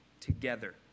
together